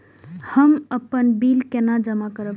हम अपन बिल केना जमा करब?